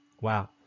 Wow